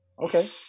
Okay